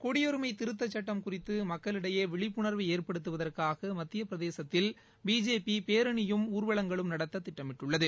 குடியுரிமைதிருத்தச் சுட்டம் குறித்துமக்களிடையேவிழிப்புணா்வைஏற்படுத்தவதற்காகமத்தியபிரதேசத்தில் பிஜேபிபேரணியும் ஊர்வலங்களும் நடத்ததிட்டமிட்டுள்ளது